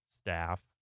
staff